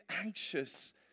anxious